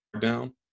down